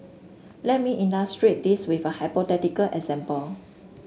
let me illustrate this with a hypothetical example